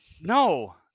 No